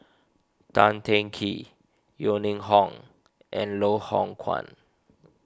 Tan Teng Kee Yeo Ning Hong and Loh Hoong Kwan